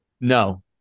No